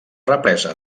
represa